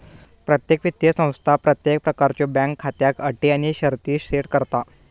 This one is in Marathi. प्रत्येक वित्तीय संस्था प्रत्येक प्रकारच्यो बँक खात्याक अटी आणि शर्ती सेट करता